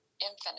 infinite